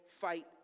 fight